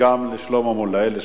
וגם לשלמה מולה.